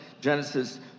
Genesis